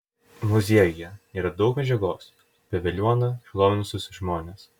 muziejuje yra daug medžiagos apie veliuoną šlovinusius žmones